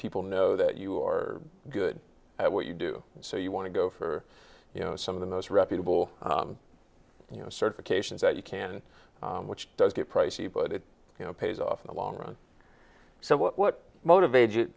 people know that you are good at what you do so you want to go for you know some of the most reputable you know certifications that you can which does get pricey but it you know pays off in the long run so what motivated you